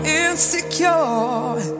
insecure